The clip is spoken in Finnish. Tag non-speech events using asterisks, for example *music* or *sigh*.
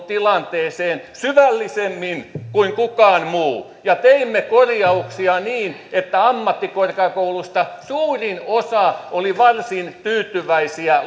*unintelligible* tilanteeseen syvällisemmin kuin kukaan muu ja teimme korjauksia niin että ammattikorkeakouluista suurin osa oli varsin tyytyväisiä *unintelligible*